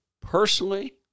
Personally